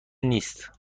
نیست